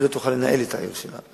היא לא תוכל לנהל את העיר שלה.